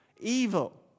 evil